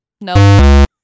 No